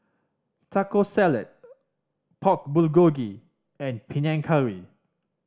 Taco Salad Pork Bulgogi and Panang Curry